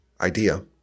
idea